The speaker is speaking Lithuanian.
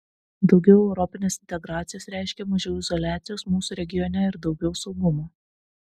daugiau europinės integracijos reiškia mažiau izoliacijos mūsų regione ir daugiau saugumo